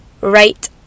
right